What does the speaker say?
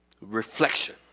Reflection